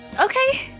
Okay